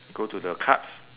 go to the cards